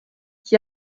qui